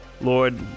Lord